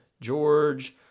George